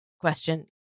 question